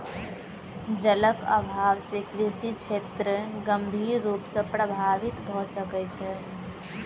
जलक अभाव से कृषि क्षेत्र गंभीर रूप सॅ प्रभावित भ सकै छै